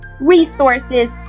resources